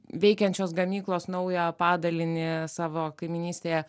veikiančios gamyklos naują padalinį savo kaimynystėje